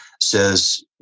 says